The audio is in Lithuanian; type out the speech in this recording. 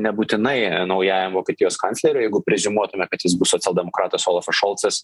nebūtinai naujajam vokietijos kancleriui jeigu preziumuotume kad jis bus socialdemokratas olafas šolcas